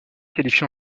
qualifié